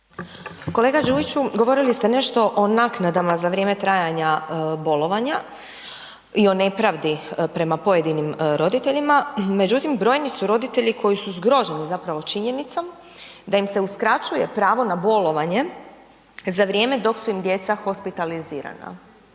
Kolega Đujiću, govorili ste nešto o naknadama za vrijeme trajanja bolovanja i o nepravdi prema pojedinim roditeljima, međutim, brojni su roditelji koji su zgroženi zapravo činjenicom da im se uskraćuje pravo na bolovanje za vrijeme dok su im djeca hospitalizirana.